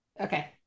Okay